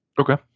okay